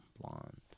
blonde